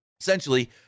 Essentially